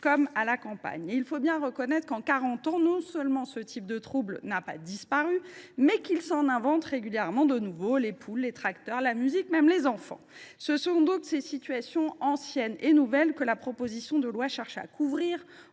comme à la campagne. Il faut bien reconnaître qu’en quarante ans ce type de trouble n’a pas disparu. Pis, il s’en invente régulièrement de nouveaux : les poules, les tracteurs, la musique et même les enfants… Ce sont donc ces situations anciennes et nouvelles que la proposition de loi cherche à couvrir